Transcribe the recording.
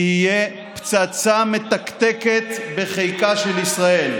תהיה פצצה מתקתקת בחיקה של ישראל,